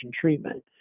treatment